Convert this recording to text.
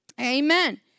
Amen